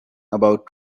about